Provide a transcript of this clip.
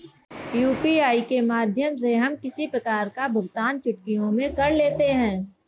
UPI के माध्यम से हम किसी प्रकार का भुगतान चुटकियों में कर लेते हैं